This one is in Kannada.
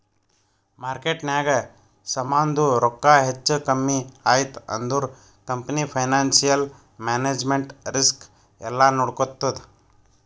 ಮಾರ್ಕೆಟ್ನಾಗ್ ಸಮಾಂದು ರೊಕ್ಕಾ ಹೆಚ್ಚಾ ಕಮ್ಮಿ ಐಯ್ತ ಅಂದುರ್ ಕಂಪನಿ ಫೈನಾನ್ಸಿಯಲ್ ಮ್ಯಾನೇಜ್ಮೆಂಟ್ ರಿಸ್ಕ್ ಎಲ್ಲಾ ನೋಡ್ಕೋತ್ತುದ್